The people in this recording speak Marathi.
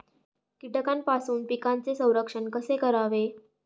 कीटकांपासून पिकांचे संरक्षण कसे करावे?